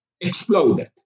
exploded